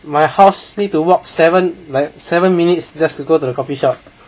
my house need to walk seven like seven minutes just to go to the coffeeshop